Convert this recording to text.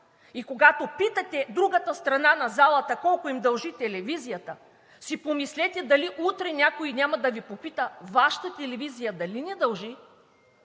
Когато питате другата страна на залата – колко им дължи телевизията, помислете си дали утре някой няма да Ви попита Вашата телевизия дали не дължи?